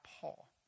Paul